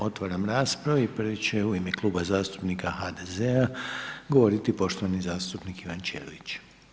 Otvaram raspravu i prvi će u ime Kluba zastupnika HDZ-a govoriti poštovani zastupnik Ivan Ćelić.